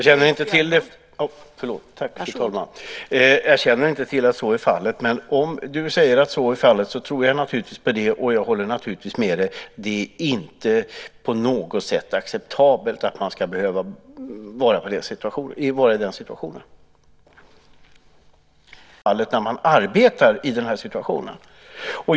Fru talman! Ja, det är alldeles självklart. Och det är naturligtvis alldeles självklart att det inte finns någon anledning att komma med ett tillkännagivande i det här fallet, när man arbetar i den här situationen.